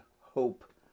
hope